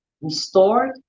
restored